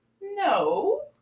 No